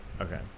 Okay